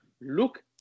look